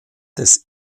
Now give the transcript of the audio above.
des